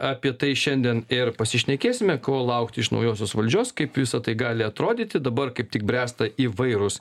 apie tai šiandien ir pasišnekėsime ko laukti iš naujosios valdžios kaip visa tai gali atrodyti dabar kaip tik bręsta įvairūs